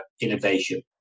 innovation